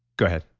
go ahead